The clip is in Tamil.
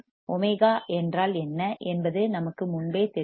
ஒமேகா என்றால் என்ன என்பது நமக்கு முன்பே தெரியும்